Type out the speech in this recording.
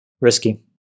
risky